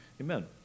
Amen